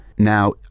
Now